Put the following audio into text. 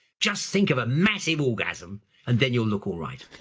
just think of a massive orgasm and then you'll look all right.